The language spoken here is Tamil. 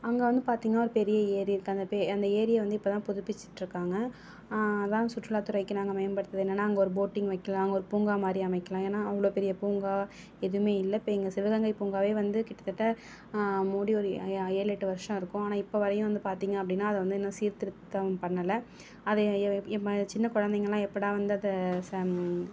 அங்கே வந்து பார்த்திங்னா ஒரு பெரிய ஏரி இருக்குது அந்த பெ அந்த ஏரியை வந்து இப்போ தான் புதுப்பிச்சுட்ருக்காங்க அதுதான் சுற்றுலாத்துறைக்கு நாங்கள் மேம்படுத்துவது என்னன்னால் அங்கே ஒரு போட்டிங் வைக்கலாம் அங்கே ஒரு பூங்கா மாதிரி அமைக்கலாம் ஏனால் அவ்வளோ பெரிய பூங்கா எதுவுமே இல்லை இப்போ எங்கள் சிவகங்கை பூங்காவே வந்து கிட்டத்தட்ட மூடி ஒரு ஏழு எட்டு வருஷம் இருக்கும் ஆனால் இப்போ வரையும் வந்து பார்த்திங்க அப்படின்னா அதை வந்து இன்னும் சீர்திருத்தம் பண்ணலை அது எம்ம சின்ன குழந்தைங்கலாம் எப்படா வந்து அதை சம்